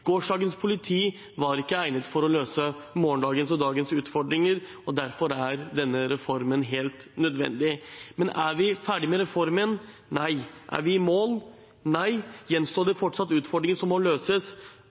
Gårsdagens politi var ikke egnet for å løse dagens og morgendagens utfordringer, derfor er denne reformen helt nødvendig. Men er vi ferdig med reformen? Nei. Er vi i mål? Nei. Gjenstår det fortsatt utfordringer som må løses?